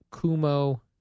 Kumo